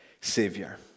Savior